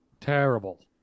terrible